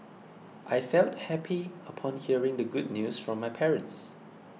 I felt happy upon hearing the good news from my parents